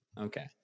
Okay